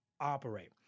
operate